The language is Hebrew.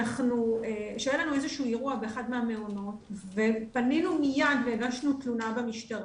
שהיה לנו איזשהו אירוע באחד מהמעונות ופנינו מייד והגשנו תלונה במשטרה.